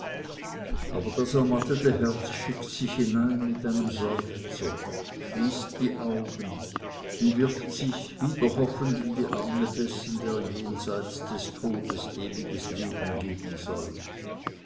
aber das ermattete herz schickt sich hinein mit einem seufzer schließt die augen und wirft sich wieder hoffend in die arme dessen der jenseits des todes ewiges leben geben soll